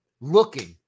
Looking